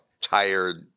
tired